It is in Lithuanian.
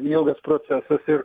ilgas procesas ir